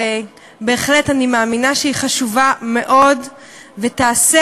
שאני בהחלט מאמינה שהיא חשובה מאוד ותעשה,